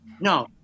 No